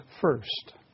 first